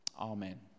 Amen